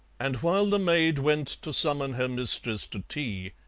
and while the maid went to summon her mistress to tea,